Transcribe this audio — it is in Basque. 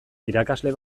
irakasle